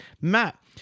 Matt